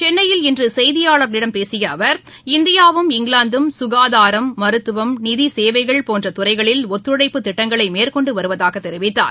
சென்னையில் இன்று செய்தியாளர்களிடம் பேசிய அவர் இந்தியாவும் இங்கிலாந்தும் சுகாதாரம் மருத்துவம் நிதி சேவைகள் போன்ற துறைகளில் ஒத்துழைப்பு திட்டங்களை மேற்கொண்டு வருவதாக கெரிவித்தார்